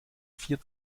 vier